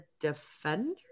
defender